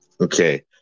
Okay